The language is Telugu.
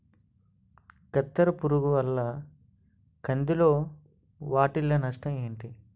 కత్తెర పురుగు వల్ల కంది లో వాటిల్ల నష్టాలు ఏంటి